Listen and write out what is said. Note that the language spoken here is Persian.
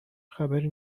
خبری